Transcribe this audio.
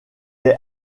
est